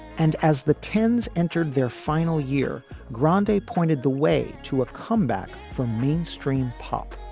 and as the ten s entered their final year, granda pointed the way to a comeback from mainstream pop.